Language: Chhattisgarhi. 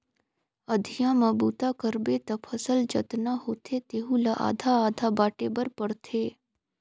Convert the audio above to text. अधिया म बूता करबे त फसल जतना होथे तेहू ला आधा आधा बांटे बर पड़थे